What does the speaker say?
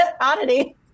oddity